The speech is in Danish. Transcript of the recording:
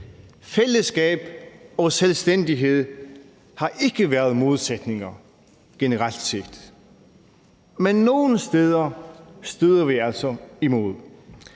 Fællesskab og selvstændighed har ikke været modsætninger generelt set, men nogle steder støder vi altså imod